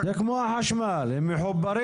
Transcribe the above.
זה כמו החשמל הם מחוברים,